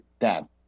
dad